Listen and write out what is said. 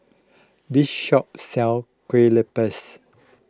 this shop sells Kue Lupis